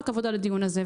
כל הכבוד על הדיון הזה,